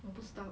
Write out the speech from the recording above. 我不知道